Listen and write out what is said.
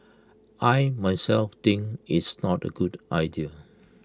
I myself think it's not A good idea